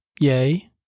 Yay